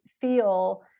feel